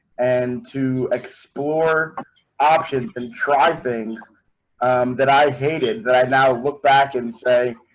and to explore um and try things that i hated that i now look back and say,